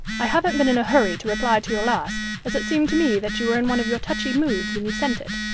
i haven't been in a hurry to reply to your last, as it seemed to me that you were in one of your touchy moods when you sent it.